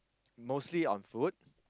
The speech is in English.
mostly on food